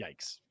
Yikes